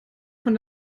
von